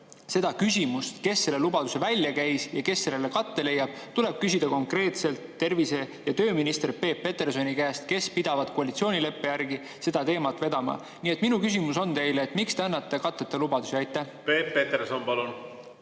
seda küsimust, kes selle lubaduse välja käis ja kes sellele katte leiab, tuleb küsida konkreetselt tervise‑ ja tööminister Peep Petersoni käest, kes pidavat koalitsioonileppe järgi seda teemat vedama. Nii et minu küsimus on: miks te annate katteta lubadusi? Peep Peterson, palun!